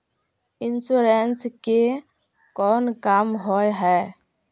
Insurance के कोन काम होय है?